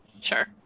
Sure